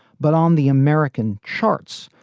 but on the american charts.